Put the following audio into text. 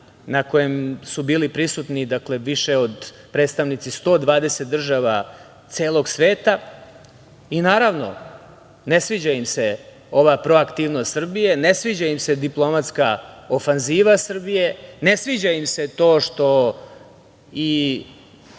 na kojem su bili prisutni predstavnici više od 120 država celog sveta. Naravno, ne sviđa im se ova proaktivnost Srbije, ne sviđa im se diplomatska ofanziva Srbije, ne sviđa im se to što i